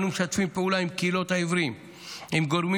אנו משתפים פעולה עם קהילת העיוורים ועם גורמים